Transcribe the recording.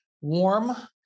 warm